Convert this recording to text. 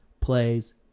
plays